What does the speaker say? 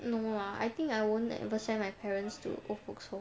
no lah I think I won't ever send my parents to old folks home